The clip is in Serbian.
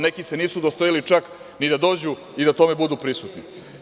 Neki se nisu udostojili čak ni da dođu i da o tome budu prisutni.